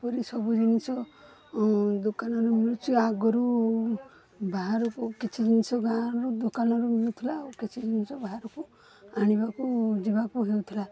ଏପରି ସବୁ ଜିନଷ ଦୋକାନରୁ ମିଳୁଛି ଆଗରୁ ବାହାରକୁ କିଛି ଜିନଷ ଗାଁରୁ ଦୋକାନରୁ ମିଳୁଥିଲା ଆଉ କିଛି ଜିନିଷ ବାହାରକୁ ଆଣିବାକୁ ଯିବାକୁ ହେଉଥିଲା